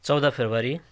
चौध फेब्रुअरी